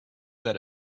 that